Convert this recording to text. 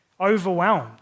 overwhelmed